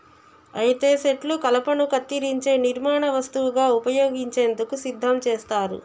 అయితే సెట్లు కలపను కత్తిరించే నిర్మాణ వస్తువుగా ఉపయోగించేందుకు సిద్ధం చేస్తారు